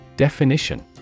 Definition